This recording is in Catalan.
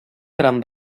tram